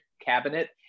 cabinet